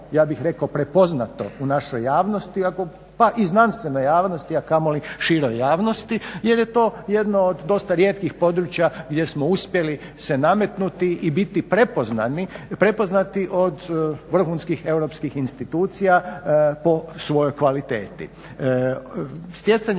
ja bih rekao prepoznato u našoj javnosti, pa i znanstvenoj javnosti a kamoli široj javnosti jer je to jedno od dosta rijetkih područja gdje smo uspjeli se nametnuti i biti prepoznati od vrhunskih europskih institucija po svojoj kvaliteti. Stjecanje